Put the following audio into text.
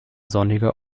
sonniger